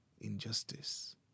injustice